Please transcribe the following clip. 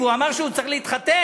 והוא אמר שהוא צריך להתחתן,